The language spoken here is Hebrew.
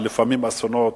שלפעמים אסונות,